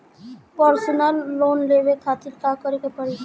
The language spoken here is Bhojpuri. परसनल लोन लेवे खातिर का करे के पड़ी?